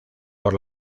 por